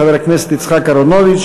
חבר הכנסת יצחק אהרונוביץ,